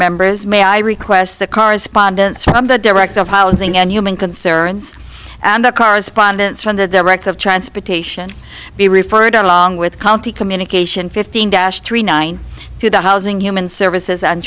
members may i request the correspondence from the director of housing and human concerns and the correspondence from the director of transportation be referred along with county communication fifteen dash three nine to the housing human services and